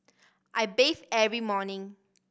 I bathe every morning